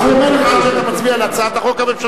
אז הוא אומר לך: עד שאתה מצביע על הצעת החוק הממשלתית.